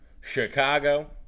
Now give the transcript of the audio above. Chicago